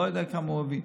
לא יודע כמה הוא הביא.